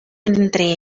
entre